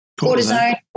cortisone